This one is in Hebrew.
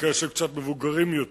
לכאלה שהם קצת מבוגרים יותר.